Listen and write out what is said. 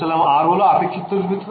εr হল আপেক্ষিক তড়িৎ ভেদ্যতা